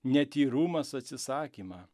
netyrumas atsisakymą